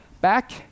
Back